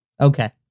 Okay